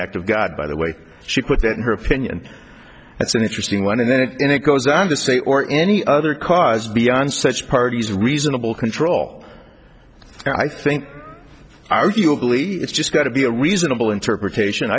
act of god by the way she put that in her opinion that's an interesting one and then it goes on to say or any other cause beyond such parties reasonable control i think arguably it's just got to be a reasonable interpretation